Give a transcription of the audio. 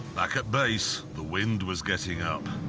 back at base, the wind was getting up.